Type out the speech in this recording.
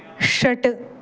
षट्